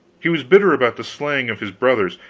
he was bitter about the slaying of his brothers,